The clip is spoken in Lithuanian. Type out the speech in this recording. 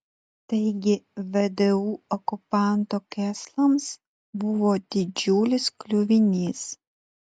taigi vdu okupanto kėslams buvo didžiulis kliuvinys